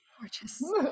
Gorgeous